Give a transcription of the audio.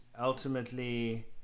ultimately